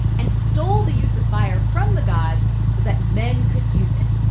and stole the use of fire from the gods so that men could use it.